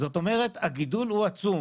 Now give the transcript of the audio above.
זאת אומרת הגידול הוא עצום.